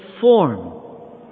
form